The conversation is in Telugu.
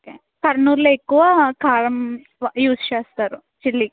ఓకే కర్నూల్లో ఎక్కువ కారం వ యూజ్ చేస్తారు చిల్లి